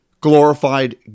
glorified